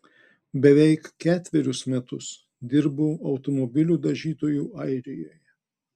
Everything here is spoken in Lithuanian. beveik ketverius metus dirbau automobilių dažytoju airijoje